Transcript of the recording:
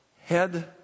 head